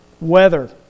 weather